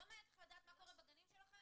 לא מעניין אותך לדעת מה קורה בגנים שלכם?